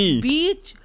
Beach